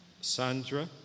Sandra